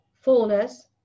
fullness